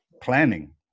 planning